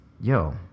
yo